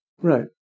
Right